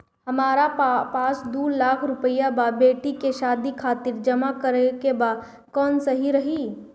हमरा पास दू लाख रुपया बा बेटी के शादी खातिर जमा करे के बा कवन सही रही?